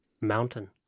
Mountain